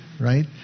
right